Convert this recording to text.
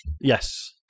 Yes